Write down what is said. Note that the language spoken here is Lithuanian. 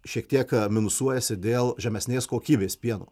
šiek tiek minusuojasi dėl žemesnės kokybės pieno